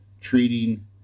treating